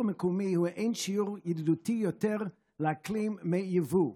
מקומי הוא לאין שיעור ידידותי יותר לאקלים מיבוא.